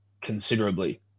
considerably